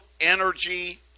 energy